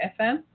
FM